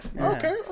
Okay